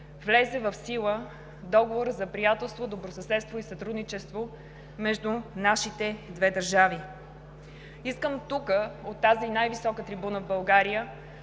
влезе в сила Договорът за приятелство, добросъседство и сътрудничество между нашите две държави. Искам тук, от тази най-висока трибуна в България,